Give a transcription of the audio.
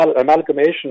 amalgamation